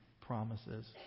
promises